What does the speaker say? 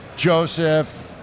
joseph